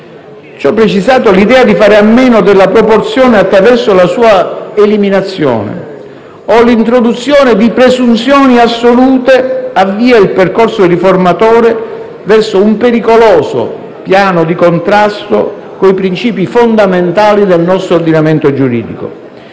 Ciò precisato, l'idea di fare a meno della proporzione attraverso la sua eliminazione o l'introduzione di presunzioni assolute avvia il percorso riformatore verso un pericoloso piano di contrasto con i princìpi fondamentali del nostro ordinamento giuridico.